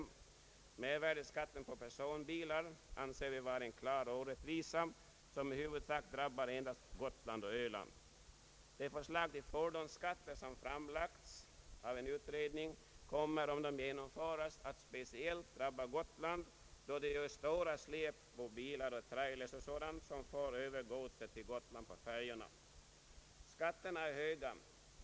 Vi anser att mervärdeskatten på personbilar är en klar orättvisa, som i huvudsak endast drabbat Gotland och Öland. Det förslag till nya fordonsskatter som framlagts av en utredning kommer, om det genomföres, att speciellt drabba Gotland, då det är stora släp, bilar och trailers som för över godset till Gotland på färjorna. Skatterna är höga.